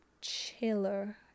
chiller